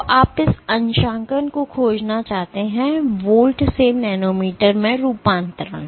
तो आप इस अंशांकन को खोजना चाहते हैं वोल्ट से नैनोमीटर में रूपांतरण